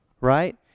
Right